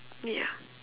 ya